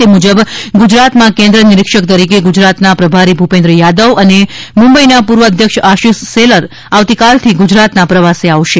તે મુજબ ગુજરાતમાં કેન્દ્રીય નિરિક્ષક તરીકે ગુજરાતના પ્રભારી ભૂપેન્દ્ર યાદવ અને મુંબઈનાપૂર્વ અધ્યક્ષ આશિષ સેલર આવતીકાલથી ગુજરાતના પ્રવાસે આવશે